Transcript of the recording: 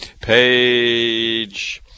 page